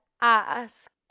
ask